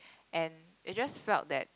and it just felt that